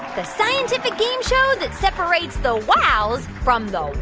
the scientific game show that separates the wow from the